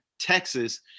Texas